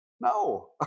No